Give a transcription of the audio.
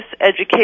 education